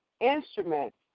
instruments